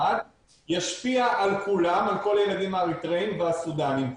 ישפיע על כולם, על כל הילדים האריתריאים והסודנים.